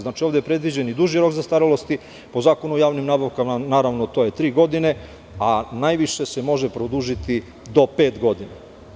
Znači, ovde je predviđen duži rok zastarelosti, po Zakonu o javnim nabavkama naravno to je tri godine a najviše se može produžiti do pet godina.